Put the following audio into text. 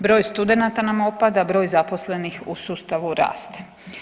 Broj studenata nam opada, broj zaposlenih u sustavu raste.